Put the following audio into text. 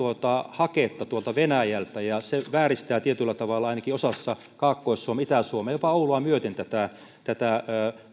haketta tuolta venäjältä ja se vääristää tietyllä tavalla ainakin osassa kaakkois suomea itä suomea jopa oulua myöten